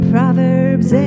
Proverbs